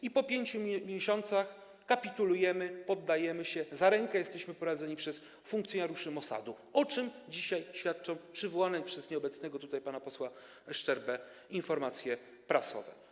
I po 5 miesiącach kapitulujemy, poddajemy się, za rękę jesteśmy prowadzeni przez funkcjonariuszy Mosadu, o czym dzisiaj świadczą przywołane przez nieobecnego tutaj pana posła Szczerbę informacje prasowe.